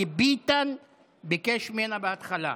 כי ביטן ביקש ממנה בהתחלה,